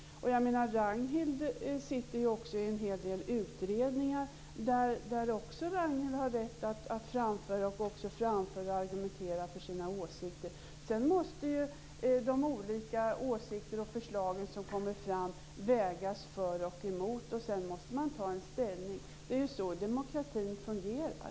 Ragnhild Pohanka sitter också med i en hel del utredningar där hon också har rätt att framföra och också framfört och argumenterat för sina åsikter. Sedan måste de olika åsikter och förslag som kommer fram vägas för och emot, och därefter måste man ta ställning. Det är så demokratin fungerar.